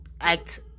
act